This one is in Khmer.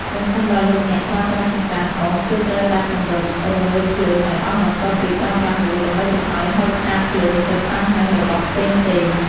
ប្រសិនបើលោកអ្នកប្រើប្រាស់ចង្ក្រានអុស គឺត្រូវតែពន្លត់រងើកភ្លើងឱ្យអស់បន្ទាប់ពីប្រើប្រាស់រួចដើម្បីកុំឱ្យហុយផ្កាភ្លើងទៅប៉ះនឹងរបស់ផ្សេងៗ។